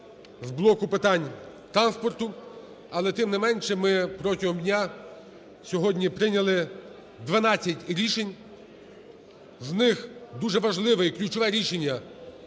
з блоку питань транспорту, але, тим не менше, ми протягом дня сьогодні прийняли 12 рішень. З них дуже важливе, ключове рішення